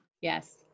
Yes